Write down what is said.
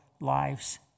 lives